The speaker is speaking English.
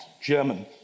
German